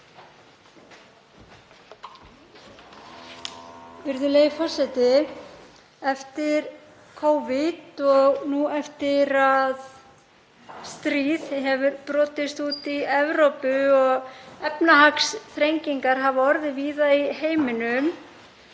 Virðulegi forseti. Eftir Covid og nú eftir að stríð hefur brotist út í Evrópu og efnahagsþrengingar hafa orðið víða í heiminum